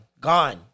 gone